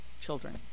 children